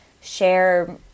share